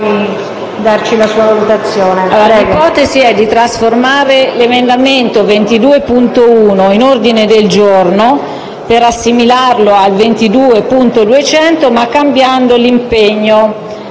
L'ipotesi è di trasformare l'emendamento 22.1 in ordine del giorno per assimilarlo al G22.200, ma cambiando l'impegno,